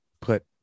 put